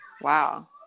Wow